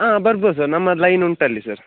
ಹಾಂ ಬರ್ಬೋದು ಸರ್ ನಮ್ಮ ಲೈನ್ ಉಂಟು ಅಲ್ಲಿ ಸರ್